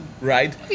right